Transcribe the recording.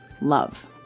Love